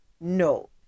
no